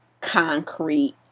concrete